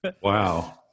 wow